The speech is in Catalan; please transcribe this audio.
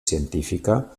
científica